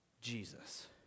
Jesus